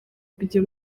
kujya